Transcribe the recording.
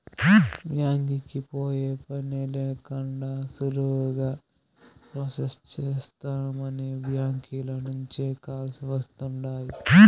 బ్యాంకీకి పోయే పనే లేకండా సులువుగా ప్రొసెస్ చేస్తామని బ్యాంకీల నుంచే కాల్స్ వస్తుండాయ్